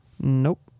Nope